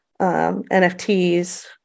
NFTs